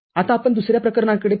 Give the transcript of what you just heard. आताआपण दुसऱ्या प्रकरणाकडे पाहू